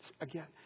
again